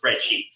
spreadsheets